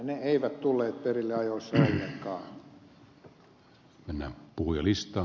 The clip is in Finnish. ne eivät tulleet perille ajoissa ollenkaan